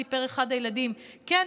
סיפר אחד הילדים: כן,